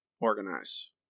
organize